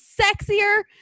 sexier